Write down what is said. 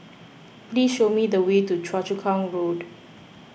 please show me the way to Choa Chu Kang Road